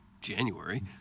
January